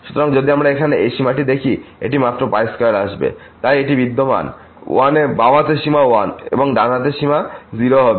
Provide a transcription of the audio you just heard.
সুতরাং যদি আমরা এখানে এই সীমাটি দেখি এটি মাত্র 2 আসবে তাই এটি বিদ্যমান 1 এ বাম হাতের সীমা 1 এবং ডান হাতের সীমা 0 হবে